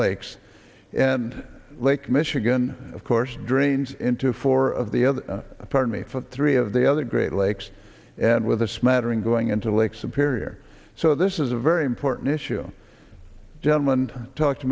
lakes and lake michigan of course drains into four of the other pardon me for three of the other great lakes and with a smattering going into lake superior so this is a very important issue general and talk